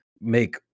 make